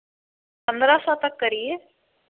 पन्द्रह सौ तक करिए